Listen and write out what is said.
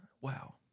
Wow